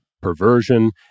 Perversion